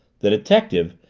the detective,